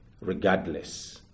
regardless